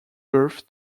birth